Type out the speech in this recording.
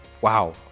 Wow